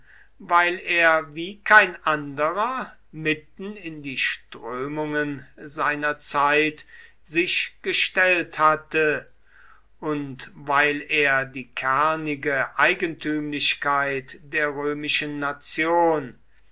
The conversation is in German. weil er wie kein anderer mitten in die strömungen seiner zeit sich gestellt hatte und weil er die kernige eigentümlichkeit der römischen nation